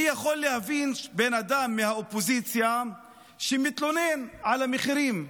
אני יכול להבין בן אדם מהאופוזיציה שמתלונן על המחירים,